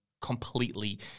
completely